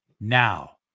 Now